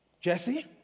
Jesse